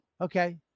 Okay